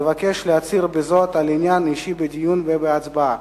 אבקש להצהיר בזאת על עניין אישי בדיון ובהצבעה: